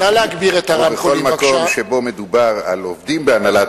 ובכל מקום שבו מדובר על עובדים בהנהלת